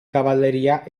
cavalleria